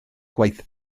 gwaith